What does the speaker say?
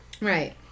Right